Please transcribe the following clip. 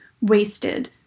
wasted